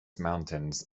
mountains